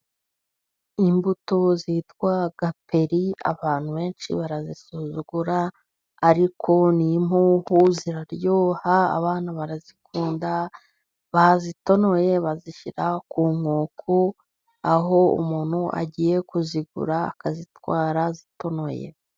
Imbuto zitwa gaperi abantu benshi barazisuzugura, ariko n'impuhu ziraryoha, abana barazikunda, bazitonoye bazishyira ku nkoko, aho umuntu agiye kuzigura akazitwara zitonoye.